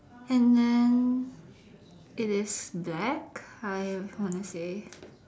and then it is black I just wanna say